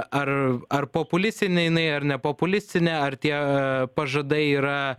ar ar populistinė jinai ar nepopulistinė ar tie pažadai yra